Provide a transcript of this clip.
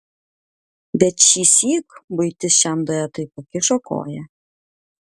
bet šįsyk buitis šiam duetui pakišo koją